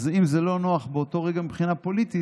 אם זה לא נוח באותו רגע מבחינה פוליטית,